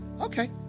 Okay